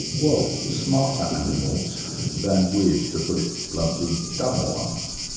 well, smarter animals than with, to put it bluntly, dumber ones?